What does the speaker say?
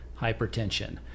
hypertension